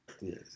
Yes